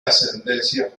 ascendencia